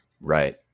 right